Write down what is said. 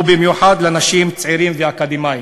ובמיוחד לצעירים ולאקדמאים.